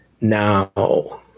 Now